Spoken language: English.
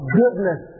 goodness